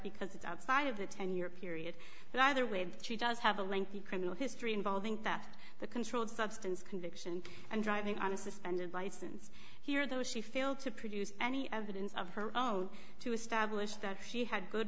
because it's outside of the ten year period but either way she does have a lengthy criminal history involving that the controlled substance conviction and driving on a suspended license here though she failed to produce any evidence of her own to establish that she had good